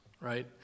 Right